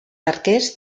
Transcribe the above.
arquers